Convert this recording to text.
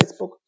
facebook